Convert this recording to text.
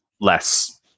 less